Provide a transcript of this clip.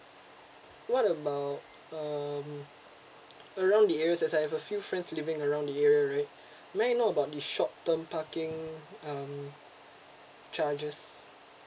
what about um around the area as I have a few friends living around the area right may I know about the short term parking um charges